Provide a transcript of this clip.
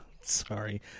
Sorry